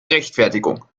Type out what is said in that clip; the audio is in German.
rechtfertigung